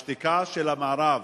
השתיקה של המערב,